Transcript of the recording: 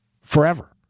forever